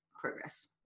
Progress